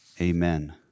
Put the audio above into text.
Amen